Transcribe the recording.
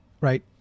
right